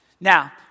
Now